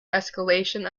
escalation